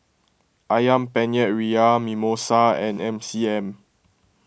Ayam Penyet Ria Mimosa and M C M